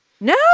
No